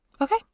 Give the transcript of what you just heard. Okay